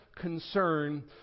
concern